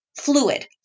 fluid